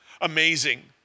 amazing